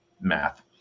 Math